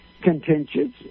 contentious